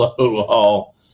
Hello